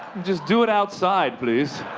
just do it outside, please.